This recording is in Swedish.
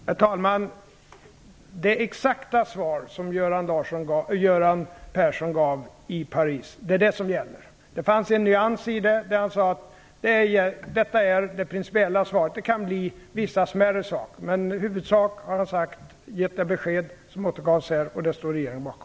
Herr talman! Det exakta svar som Göran Persson gav i Paris är det som gäller. Det fanns en nyans i det, för han sade att detta är det principiella svaret men att det kan bli vissa smärre saker. Men i huvudsak har han gett det besked som återgavs här, vilket regeringen står bakom.